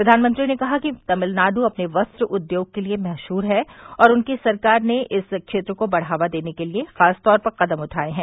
प्रधानमंत्री ने कहा कि तमिलनाड् अपने वस्त्र उद्योग के लिए मशहूर है और उनकी सरकार ने इस क्षेत्र को बढ़ावा देने के लिए खासतौर पर कदम उठाये हैं